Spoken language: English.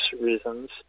reasons